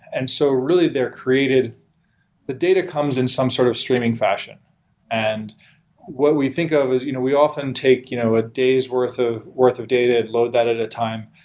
and so really they're created but data comes in some sort of streaming fashion and what we think of is you know we often take you know a days' worth ah worth of data and load that at a time.